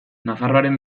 nafarroaren